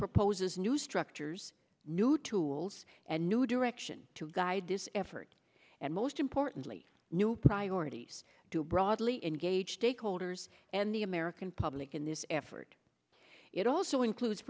proposes new structures new tools and new direction to guide this effort and most importantly new priorities to broadly engaged a coder's and the american public in this effort it also includes